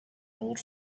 old